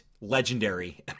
legendary